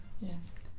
yes